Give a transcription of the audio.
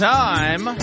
time